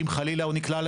אם חלילה הוא נקלע,